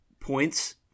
points